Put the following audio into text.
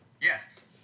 Yes